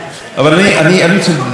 הפך להיות לנושא ציבורי,